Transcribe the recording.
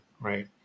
right